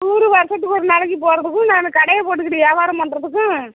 tour வருசத்துக்கு ஒரு நாளைக்கு போகிறதுக்கும் நானு கடையை போட்டுக்கிட்டு விவாரம் பண்ணுறதுக்கும்